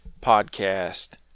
podcast